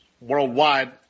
worldwide